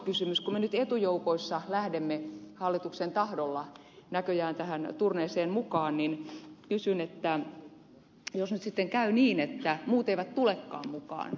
kun me nyt etujoukoissa lähdemme hallituksen tahdolla näköjään tähän turneeseen mukaan niin kysyn että jos nyt käy niin että muut eivät tulekaan mukaan mitä sitten tapahtuu